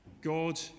God